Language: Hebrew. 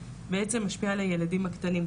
בעצם משפיע על הילדים הקטנים.